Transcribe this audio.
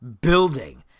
building